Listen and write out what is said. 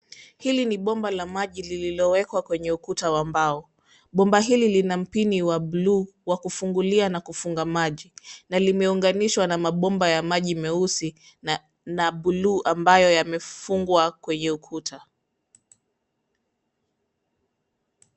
Hili ni bomba la maji lililowekwa kwenye ukuta wa mbao. Bomba hili lina mpini wa buluu wa kufungulia na kufunga maji na limeunganishwa na mabomba ya maji meusi na buluu ambayo yamefungwa kwenye ukuta.